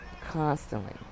constantly